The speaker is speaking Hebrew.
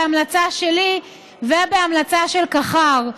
בהמלצה שלי ובהמלצה של קח"ר.